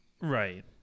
Right